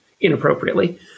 inappropriately